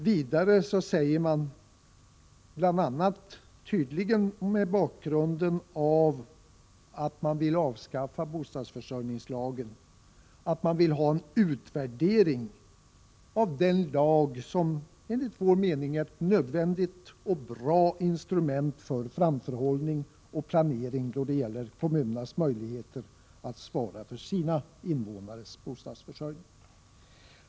Vidare säger man bl.a. — tydligen mot bakgrunden av att man vill avskaffa bostadsförsörjningslagen — att man vill ha en utvärdering av den lag som enligt vår mening är ett nödvändigt och bra instrument för framförhållning och planering då det gäller kommunernas möjligheter att svara för sina invånares bostadsförsörjning.